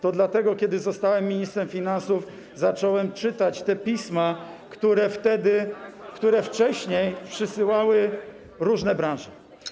To dlatego, kiedy zostałem ministrem finansów, zacząłem czytać te pisma, które wcześniej przysyłały różne branże.